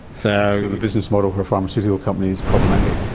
so the business model for a pharmaceutical company is problematic.